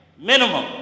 Minimum